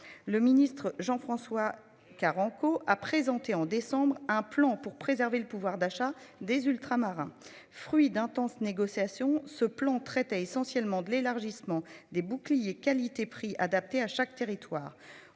le ministre Jean-François Carenco, a présenté en décembre un plan pour préserver le pouvoir d'achat des ultramarins fruit d'intenses négociations ce plan traite essentiellement de l'élargissement des bouclier qualité/prix adaptées à chaque territoire,